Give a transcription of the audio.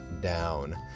down